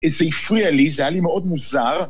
זה הפריע לי, זה היה לי מאוד מוזר.